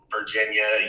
Virginia